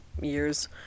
years